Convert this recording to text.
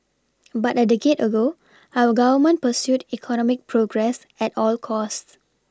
but a decade ago our Government pursued economic progress at all costs